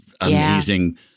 amazing